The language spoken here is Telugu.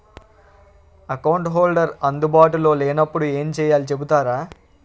అకౌంట్ హోల్డర్ అందు బాటులో లే నప్పుడు ఎం చేయాలి చెప్తారా?